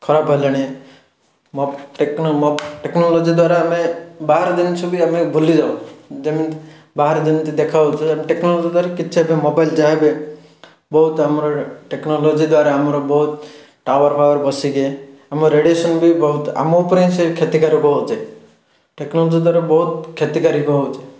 ଖରାପ ହେଲେଣି ମପ୍ ଟେକ୍ନୋ ମପ୍ ଟେକ୍ନୋଲୋଜି ଦ୍ୱାରା ଆମେ ବାହାର ଜିନିଷ ବି ଆମେ ଭୁଲିଯାଉ ଯେମିତି ବାହାରେ ଯେମିତି ଦେଖା ହେଉଛି ଏବେ ଟେକ୍ନୋଲୋଜି ଦ୍ଵାରା କିଛି ଏବେ ମୋବାଇଲ୍ ଯାହାବି ବହୁତ ଆମର ଟେକ୍ନୋଲୋଜି ଦ୍ଵାରା ଆମର ବହୁତ ଟାୱାରଫାୱାର ବସିକି ଆମ ରେଡ଼ିଏସନ୍ ବି ବହୁତ ଆମ ଉପରେ ହିଁ ସେ କ୍ଷତିକାରକ ହେଉଛି ଟେକ୍ନୋଲୋଜି ଦ୍ଵାରା ବହୁତ କ୍ଷତିକାରିକ ହେଉଛି